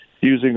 using